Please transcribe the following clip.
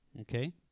okay